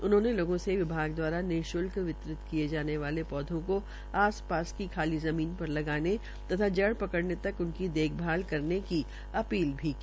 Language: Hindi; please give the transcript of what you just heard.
उन्होंने लोगों से विभाग द्वारा निःशुल्क वितरित किये जाने वाले पौधों को आसपास की खाली जमीन पर लगाने तथा जड़ पकड़ने तक उनकी देखभाल करने की अपील भी की